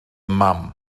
mam